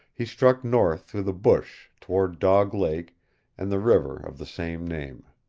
he struck north through the bush toward dog lake and the river of the same name.